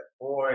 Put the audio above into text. boy